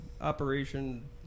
Operation